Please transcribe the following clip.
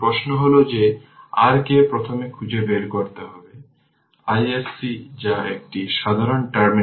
সুতরাং এই কারণেই এই i t i L 1 1 4 অর্থাৎ 1 5 i L t